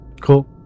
Cool